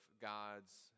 God's